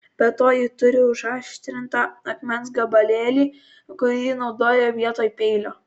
be to ji turi užaštrintą akmens gabalėlį kurį naudoja vietoj peilio